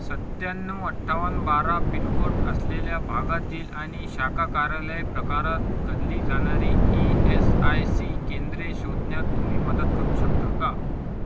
सत्त्याण्णव अठ्ठावन्न बारा पिनकोड असलेल्या भागातील आणि शाखा कार्यालय प्रकारात गणली जाणारी ई एस आय सी केंद्रे शोधण्यात तुम्ही मदत करू शकता का